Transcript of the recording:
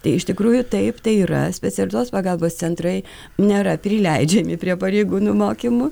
tai iš tikrųjų taip tai yra specializuotos pagalbos centrai nėra prileidžiami prie pareigūnų mokymų